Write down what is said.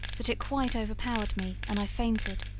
that it quite overpowered me, and i fainted.